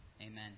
amen